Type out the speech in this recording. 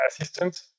assistant